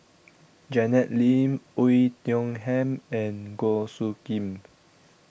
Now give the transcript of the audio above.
Janet Lim Oei Tiong Ham and Goh Soo Khim